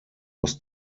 was